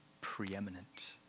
preeminent